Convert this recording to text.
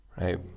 right